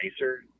nicer